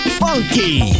funky